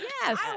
Yes